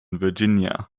virginia